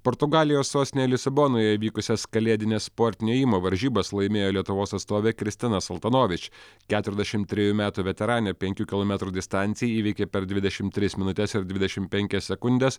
portugalijos sostinėje lisabonoje vykusias kalėdines sportinio ėjimo varžybas laimėjo lietuvos atstovė kristina saltanovič keturiasdešimt trejų metų veteranė penkių kilometrų distanciją įveikė per dvidešimt tris minutes ir dvidešimt penkias sekundes